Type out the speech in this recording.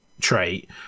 trait